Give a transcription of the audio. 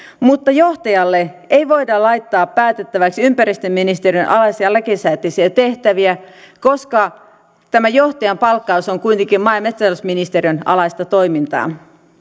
mutta johtajalle ei voida laittaa päätettäväksi ympäristöministeriön alaisia lakisääteisiä tehtäviä koska tämä johtajan palkkaus on kuitenkin maa ja metsätalousministeriön alaista toimintaa